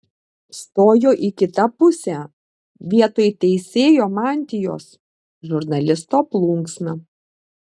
stojo į kitą pusę vietoj teisėjo mantijos žurnalisto plunksna